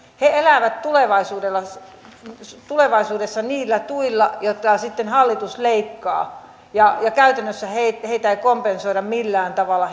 he elävät tulevaisuudessa niillä tuilla joita sitten hallitus leikkaa ja käytännössä heidän erityistilannettaan ei kompensoida millään tavalla